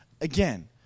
Again